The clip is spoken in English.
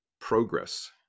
progress